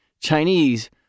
Chinese